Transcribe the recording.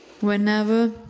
Whenever